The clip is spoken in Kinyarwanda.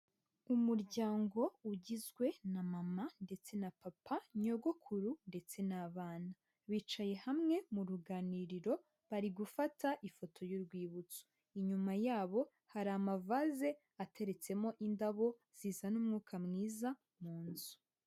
Umuryango ugizwe na mama ndetse na papa, nyogokuru ndetse na'bana bicaye hamwe mu ruganiriro bari gufata ifoto y'urwibutso inyuma yabo hari amavase ateretsemo indabo zizana umwuka mwiza munzu.